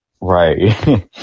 Right